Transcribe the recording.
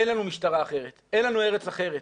אין לנו משטרה אחרת, אין לנו ארץ אחרת,